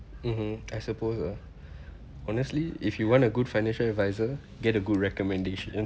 mmhmm I suppose ah honestly if you want a good financial adviser get a good recommendation